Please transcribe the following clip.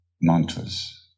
mantras